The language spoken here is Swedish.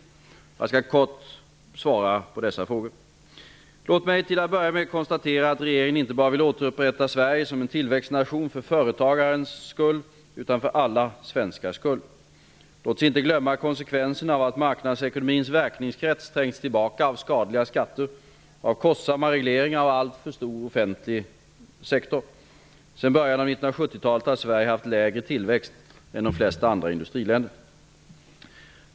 Jag skall kort svara på dessa frågor. Låt mig, till att börja med, konstatera att regeringen inte bara vill återupprätta Sverige som tillväxtnation för företagarens skull, utan för alla svenskars skull. Låt oss inte glömma konsekvenserna av att marknadsekonomins verkningskrets trängts tillbaka av skadliga skatter, kostsamma regleringar och alltför stor offentlig sektor. Sedan början av 1970-talet har Sverige haft lägre tillväxt än de flesta andra industriländer.